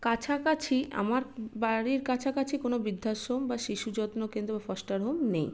কাছাকাছি আমার বাড়ির কাছাকাছি কোনো বৃদ্ধাশ্রম বা শিশুযত্ন কেন্দ্র বা ফস্টার হোম নেই